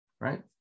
right